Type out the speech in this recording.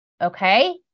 okay